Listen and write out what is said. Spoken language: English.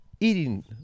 Eating